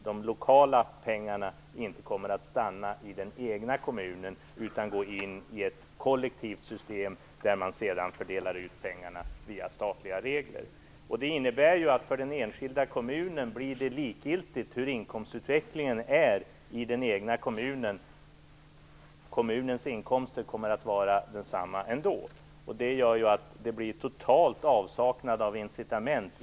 De lokala pengarna kommer inte att stanna i den egna kommunen utan gå in i ett kollektivt system där pengarna fördelas via statliga regler. Det innebär att det för den enskilda kommunen blir likgiltigt hur inkomstutvecklingen är i den egna kommunen, för kommunens inkomster kommer att var desamma i alla fall. Det gör att det blir en total avsaknad av incitament.